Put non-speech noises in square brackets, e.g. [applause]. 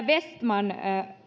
[unintelligible] vestman